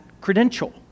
credential